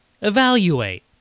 Evaluate